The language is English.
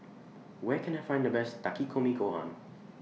Where Can I Find The Best Takikomi Gohan